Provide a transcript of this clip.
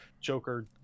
Joker